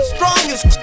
Strongest